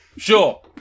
Sure